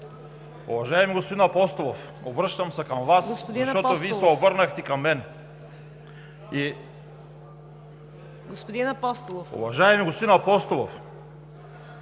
Уважаеми господин Апостолов, обръщам се към Вас, защото Вие се обърнахте към мен. Уважаеми господин Апостолов,